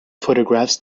photographs